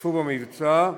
השתתפו במבצע,